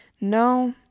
no